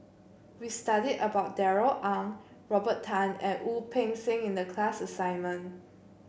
we studied about Darrell Ang Robert Tan and Wu Peng Seng in the class assignment